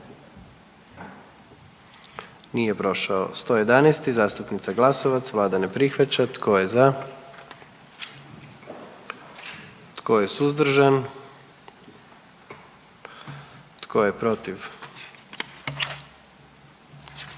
44. Kluba zastupnika SDP-a, vlada ne prihvaća. Tko je za? Tko je suzdržan? Tko je protiv?